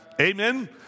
Amen